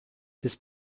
des